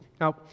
Now